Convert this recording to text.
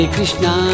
Krishna